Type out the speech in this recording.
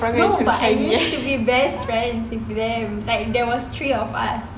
no we used to be best friends like there was three of us